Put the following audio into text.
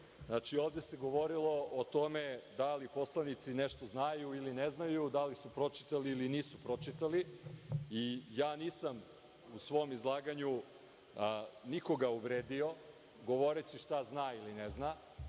Ovde se govorilo o tome da li poslanici nešto znaju ili ne znaju, da li su pročitali ili nisu pročitali i ja nisam u svom izlaganju nikoga uvredio govoreći šta zna ili ne zna,